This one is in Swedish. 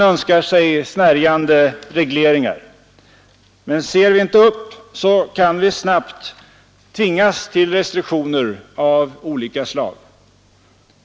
Klarar vi inte det på frivillig väg, kan vi snabbt tvingas till besvärande restriktioner av olika slag.